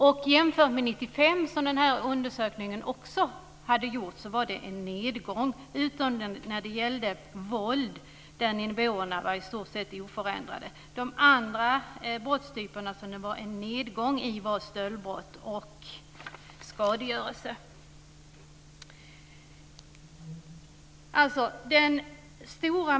Jämfört med 1995, då en sådan undersökning också gjordes, hade det skett en minskning utom när det gäller våld där nivåerna var i stort sett oförändrade. De andra brottstyperna där det hade skett en minskning var stöldbrott och skadegörelse.